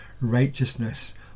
righteousness